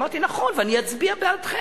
אמרתי: נכון, ואני אצביע בעדכם.